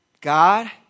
God